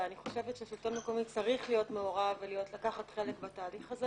ואני חושבת שהשלטון המקומי צריך להיות מעורב ולקחת חלק בתהליך הזה.